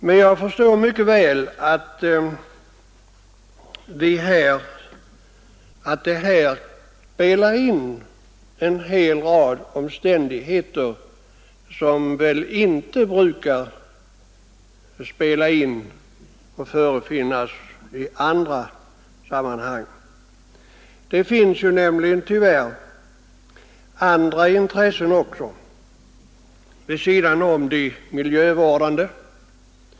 Men jag förstår mycket väl att här spelar in en hel rad omständigheter som väl inte brukar förefinnas i andra sammanhang. Det finns nämligen — tyvärr — andra intressen också vid sidan om de miljövårdande.